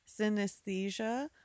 synesthesia